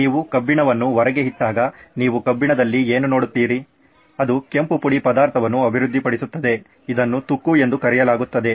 ನೀವು ಕಬ್ಬಿಣವನ್ನು ಹೊರಗೆ ಇಟ್ಟಾಗ ನೀವು ಕಬ್ಬಿಣದಲ್ಲಿ ಏನು ನೋಡುತ್ತೀರಿ ಅದು ಕೆಂಪು ಪುಡಿ ಪದಾರ್ಥವನ್ನು ಅಭಿವೃದ್ಧಿಪಡಿಸುತ್ತದೆ ಇದನ್ನು ತುಕ್ಕು ಎಂದು ಕರೆಯಲಾಗುತ್ತದೆ